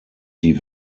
die